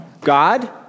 God